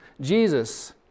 Jesus